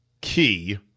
Key